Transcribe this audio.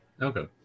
Okay